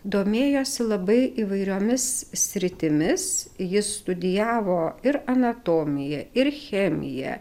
domėjosi labai įvairiomis sritimis jis studijavo ir anatomiją ir chemiją